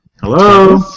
Hello